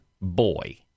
boy